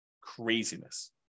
Craziness